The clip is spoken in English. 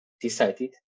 decided